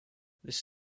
this